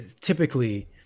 typically